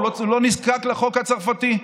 הוא לא נזקק לחוק הצרפתי.